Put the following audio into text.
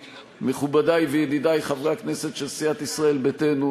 מכובדי וידידי חברי הכנסת של סיעת ישראל ביתנו,